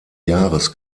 jahres